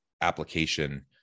application